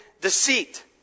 deceit